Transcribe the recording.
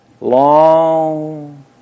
long